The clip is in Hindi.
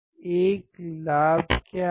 एक लाभ क्या है